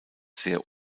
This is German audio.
sehr